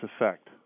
effect